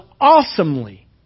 awesomely